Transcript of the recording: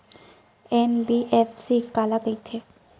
NBFC काला कहिथे?